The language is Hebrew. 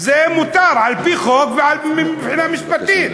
זה מותר על-פי חוק ומבחינה משפטית.